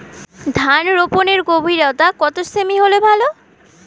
ধান রোপনের গভীরতা কত সেমি হলে ভালো?